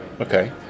Okay